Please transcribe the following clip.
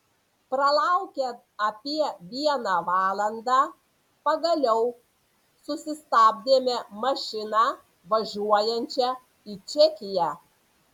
pralaukę apie vieną valandą pagaliau susistabdėme mašiną važiuojančią į čekiją